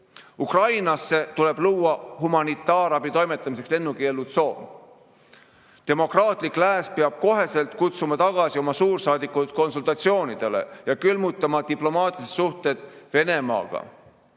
kohal tuleb luua humanitaarabi toimetamiseks lennukeelutsoon. Demokraatlik lääs peab koheselt kutsuma tagasi oma suursaadikud konsultatsioonidele ja külmutama diplomaatilised suhted Venemaaga.